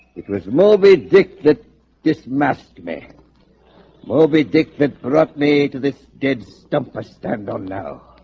it was moby dick that this masked man moby dick that brought me to this did stopper stand on now